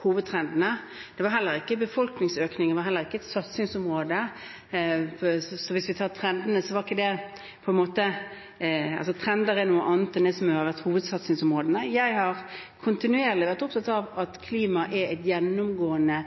var heller ikke et satsingsområde. Trender er noe annet enn det som har vært hovedsatsingsområdene. Jeg har kontinuerlig vært opptatt av at klima er en gjennomgående